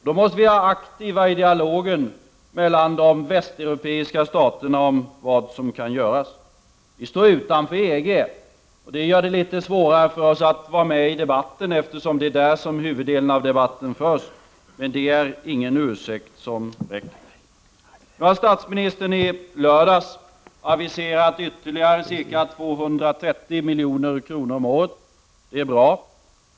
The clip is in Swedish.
Då måste vi vara aktiva i dialogen mellan de västeuropeiska staterna om vad som kan göras. Sverige står utanför EG, och det gör det litet svårare för oss att vara med i debatten, eftersom det är där som huvuddelen av debatten förs. Men den ursäkten hjälper inte. I lördags aviserade statsministern om ytterligare ca 230 milj.kr. om året. Det är bra.